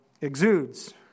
exudes